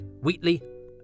Wheatley